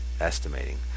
estimating